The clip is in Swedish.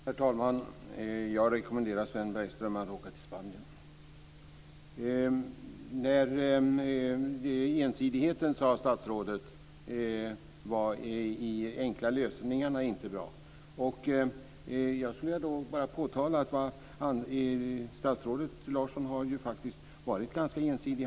Herr talman! Jag rekommenderar Sven Bergström att åka till Spanien. När det gäller ensidigheten sade statsrådet att de enkla lösningarna inte var bra. Jag skulle vilja påtala att statsrådet Larsson faktiskt har varit ganska ensidig.